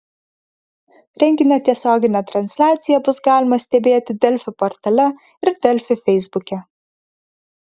renginio tiesioginę transliaciją bus galima stebėti delfi portale ir delfi feisbuke